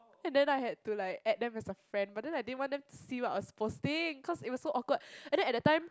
and then I had to like add them as a friend but then I didn't want them to see what I was posting because it was so awkward and then at that time